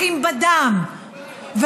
אחים בדם,